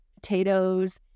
potatoes